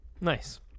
Nice